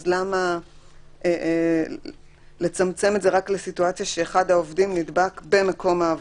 אז למה לצמצם את זה רק לסיטואציה שאחד העובדים נדבק במקום העבודה?